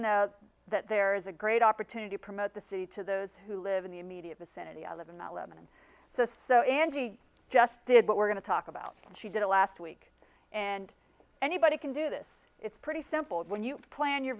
know that there is a great opportunity promote the city to those who live in the immediate vicinity i live in eleven to so angie just did what we're going to talk about and she did it last week and anybody can do this it's pretty simple when you plan your